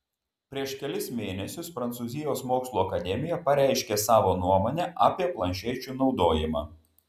prieš kelis mėnesius prancūzijos mokslų akademija pareiškė savo nuomonę apie planšečių naudojimą